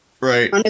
Right